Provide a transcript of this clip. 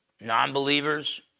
non-believers